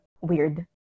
weird